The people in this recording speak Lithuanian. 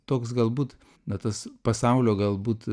toks galbūt na tas pasaulio galbūt